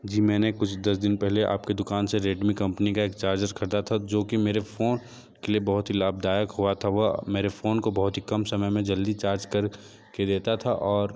जी मैंने कुछ दस दिन पहले आपकी दुकान से रेडमी कंपनी का एक चार्जर खरीदा था जो कि मेरे फ़ोन के लिए बहुत ही लाभदायक हुआ था वह मेरे फ़ोन को बहुत ही कम समय में जल्दी चार्ज कर के देता था और